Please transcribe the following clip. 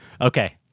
Okay